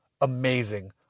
amazing